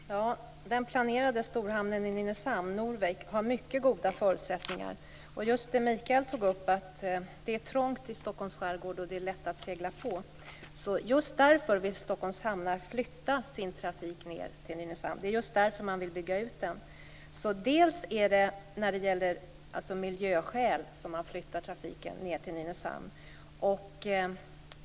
Fru talman! Den planerade storhamnen i Nynäshamn, Norvik, har mycket goda förutsättningar. Som Michael tog upp är det trångt i Stockholms skärgård och lätt att segla på, och just därför vill Stockholms hamnar flytta sin trafik ned till Nynäshamn och bygga ut där. Delvis är det alltså av miljöskäl man flyttar trafiken ned till Nynäshamn.